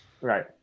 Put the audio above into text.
Right